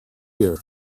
here